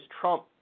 Trump